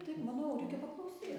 taip manau reikia paklausyt